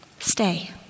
Stay